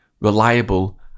reliable